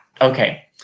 Okay